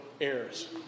heirs